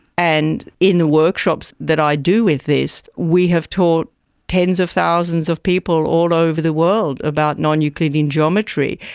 and in the workshops that i do with this we have taught tens of thousands of people all over the world about non-euclidean geometry,